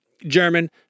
german